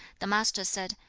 the master said,